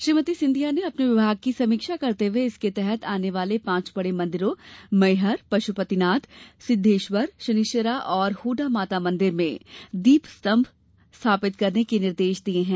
श्रीमती सिंधिया ने अपने विभाग की समीक्षा करते हुए इसके अंतर्गत आने वाले पाँच बड़े मंदिरों मैहर पश्पतिनाथ सिद्देश्वर शनिश्चरा और होडा माता मंदिर में दीप स्तंभ स्थापित करने के निर्देश दिए हैं